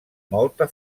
molta